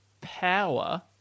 power